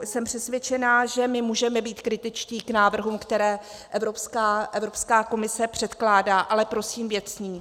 Jsem přesvědčená, že my můžeme být kritičtí k návrhům, které Evropská komise předkládá, ale prosím věcně.